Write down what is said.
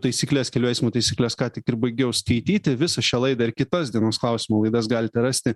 taisykles kelių eismo taisykles ką tik ir baigiau skaityti visą šią laidą ir kitas dienos klausimo laidas galite rasti